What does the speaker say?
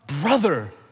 brother